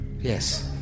Yes